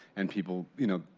and people, you know,